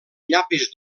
llapis